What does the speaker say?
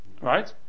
Right